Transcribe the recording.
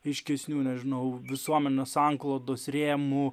aiškesnių nežinau visuomenės sanklodos rėmų